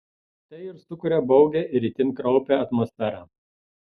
tai ir sukuria baugią ir itin kraupią atmosferą